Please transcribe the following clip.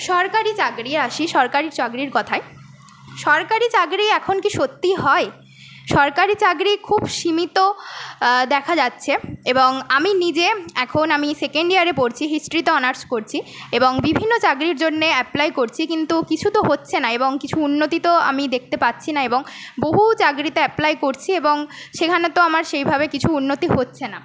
সরকারি চাকরি আসি সরকারি চাকরির কথায় সরকারি চাকরি এখন কি সত্যি হয় সরকারি চাকরি খুব সীমিত দেখা যাচ্ছে এবং আমি নিজে এখন আমি সেকন্ড ইয়ারে পড়ছি হিস্ট্রিতে অনার্স করছি এবং বিভিন্ন চাকরির জন্য অ্যাপ্লাই করছি কিন্তু কিছু তো হচ্ছে না এবং কিছু উন্নতি তো আমি দেখতে পাচ্ছি না এবং বহু চাকরিতে অ্যাপ্লাই করছি এবং সেখানে তো আমার সেইভাবে কিছু উন্নতি হচ্ছে না